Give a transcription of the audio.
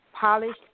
Polished